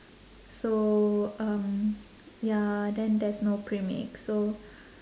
so um ya then there's no bread mix so